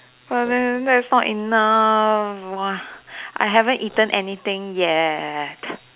but very that's not enough I haven't eaten anything yet